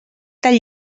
del